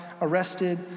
arrested